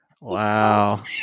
Wow